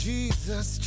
Jesus